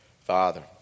Father